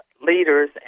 leaders